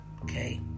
Okay